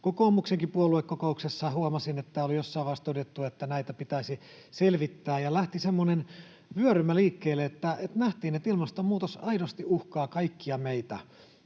Kokoomuksenkin puoluekokouksessa, huomasin, oli jossain vaiheessa todettu, että näitä pitäisi selvittää. Lähti semmoinen vyörymä liikkeelle, että nähtiin, että ilmastonmuutos aidosti uhkaa kaikkia meitä,